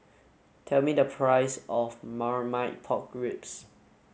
tell me the price of Marmite Pork Ribs